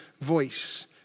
voice